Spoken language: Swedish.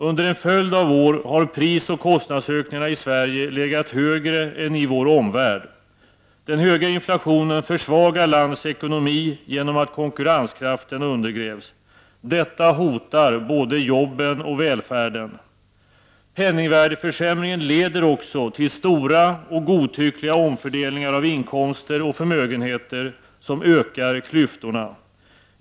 Under en följd av år har prisoch kostnadsökningarna i Sverige legat högre än i vår omvärld. Den höga inflationen försvagar landets ekonomi genom att konkurrenskraften undergrävs. Detta hotar både jobben och välfärden. Penningvärdesförsämringen leder också till stora och godtyckliga omfördelningar av inkomster och förmögenheter, som ökar klyftorna.